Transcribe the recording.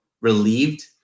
relieved